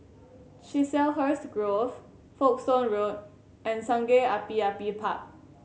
Chiselhurst Grove Folkestone Road and Sungei Api Api Park